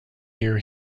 year